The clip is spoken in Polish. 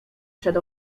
przed